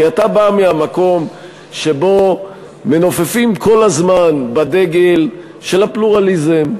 כי אתה בא מהמקום שבו מנופפים כל הזמן בדגל של הפלורליזם,